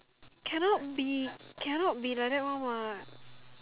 can not be can not be like that one what